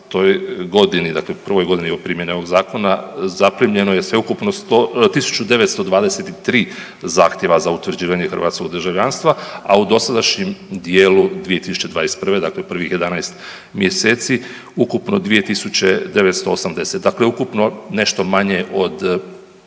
prvoj godini primjene ovog Zakona, zaprimljeno je sveukupno 100, 1 923 zahtjeva za utvrđivanje hrvatskog državljanstva, a u dosadašnjem dijelu 2021., dakle prvih 11 mjeseci ukupno 2 980, dakle ukupno, nešto manje od